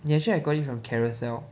ya actually I got it from Carousell